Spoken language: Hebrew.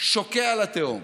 שוקע לתהום.